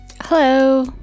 Hello